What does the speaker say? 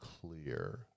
clear